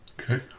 Okay